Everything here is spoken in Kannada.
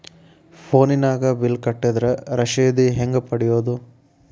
ಫೋನಿನಾಗ ಬಿಲ್ ಕಟ್ಟದ್ರ ರಶೇದಿ ಹೆಂಗ್ ಪಡೆಯೋದು?